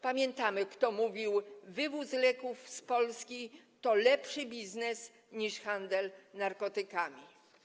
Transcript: Pamiętamy, kto mówił: wywóz leków z Polski to lepszy biznes niż handel narkotykami.